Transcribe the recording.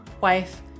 wife